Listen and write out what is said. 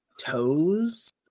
toes